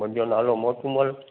मुंहिंजो नालो मोटूमल